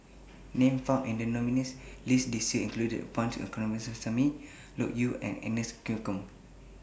Names found in The nominees' list This Year include Punch Coomaraswamy Loke Yew and Agnes Joaquim